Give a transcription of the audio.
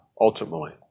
ultimately